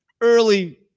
early